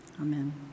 Amen